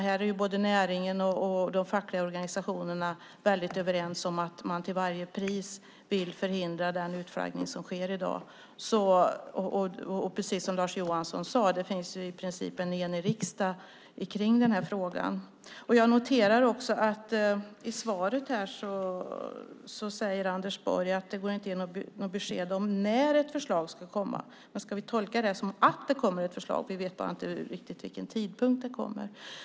Här är näringen och de fackliga organisationerna överens om att man till varje pris vill förhindra den utflaggning som sker i dag. Precis som Lars Johansson sade finns det också en i princip enig riksdag i den här frågan. Jag noterar att Anders Borg i svaret säger att det inte går att ge något besked om när ett förslag ska komma. Ska vi tolka det som att det kommer ett förslag och att vi bara inte vet vid vilken tidpunkt det kommer?